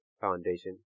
foundation